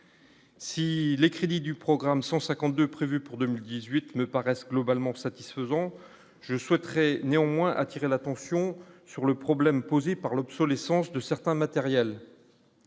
Si les crédits du programme 152 prévue pour 2018 ne paraissent clos Balmont satisfaisant, je souhaiterais néanmoins attirer l'attention sur le problème posé par l'obsolescence de certains matériels.